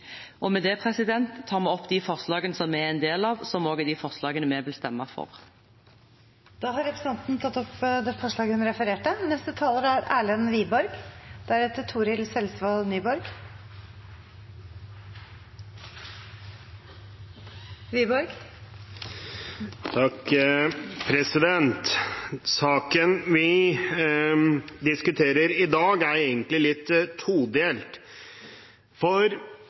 Med dette tar jeg opp det forslaget vi er en del av, som også er det forslaget vi vil stemme for. Representanten Margret Hagerup har tatt opp det forslaget hun refererte til. Saken vi diskuterer i dag, er egentlig litt todelt. For det første: Dette er egentlig en debatt som er litt gjentagende i denne sal, for